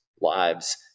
lives